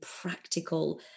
practical